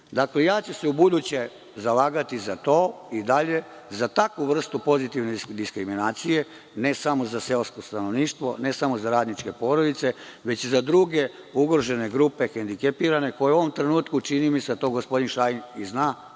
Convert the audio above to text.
ću se ubuduće zalagati za to i dalje, za takvu vrstu pozitivne diskriminacije, ne samo za seosko stanovništvo, ne samo za radničke porodice, već i za druge ugrožene grupe, hendikepirane, koje u ovom trenutku, čini mi se, a to gospodin Šajn zna